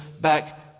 back